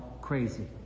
crazy